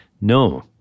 No